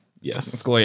Yes